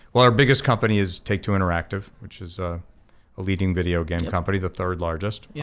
well our biggest company is take-two interactive, which is a leading video game company, the third largest, yeah